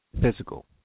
Physical